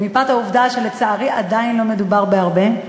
מפאת העובדה שלצערי עדיין לא מדובר בהרבה,